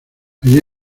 allí